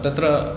तत्र